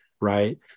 right